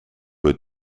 were